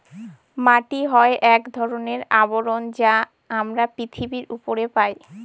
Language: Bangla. মাটি হয় এক ধরনের আবরণ যা আমরা পৃথিবীর উপরে পায়